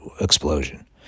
explosion